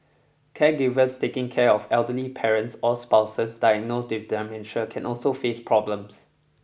caregivers taking care of elderly parents or spouses diagnosed with can also face problems